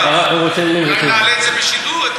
לשיח, אולי נעלה את זה בשידור.